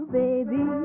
baby